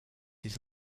his